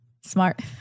smart